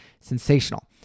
sensational